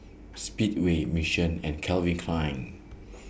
Speedway Mission and Calvin Klein